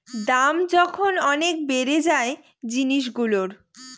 দাম যখন অনেক বেড়ে যায় জিনিসগুলোর